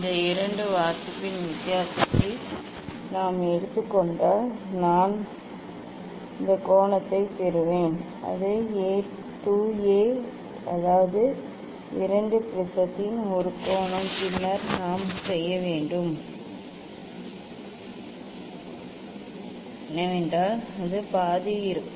இந்த இரண்டு வாசிப்பின் வித்தியாசத்தை நாம் எடுத்துக் கொண்டால் நான் இந்த கோணத்தைப் பெறுவேன் அது 2 ஏ அதாவது 2 ப்ரிஸத்தின் ஒரு கோணம் பின்னர் நாம் செய்ய வேண்டியது என்னவென்றால் அதன் பாதி இருக்கும்